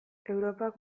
europak